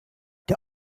der